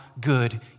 good